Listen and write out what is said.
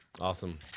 Awesome